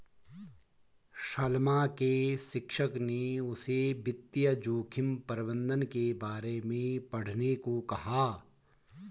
सलमा के शिक्षक ने उसे वित्तीय जोखिम प्रबंधन के बारे में पढ़ने को कहा